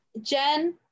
Jen